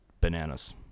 bananas